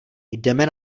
jdeme